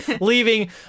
leaving